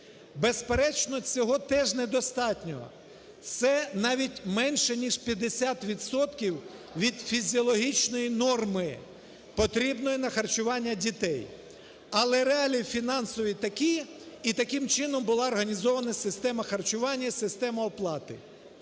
Безперечно, цього теж недостатньо, це навіть менше ніж 50 відсотків від фізіологічної норми, потрібної на харчування дітей. Але реалії фінансові такі і таким чином була організована система харчування і система оплати.